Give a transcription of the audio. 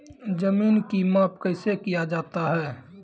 जमीन की माप कैसे किया जाता हैं?